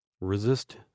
Resist